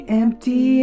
empty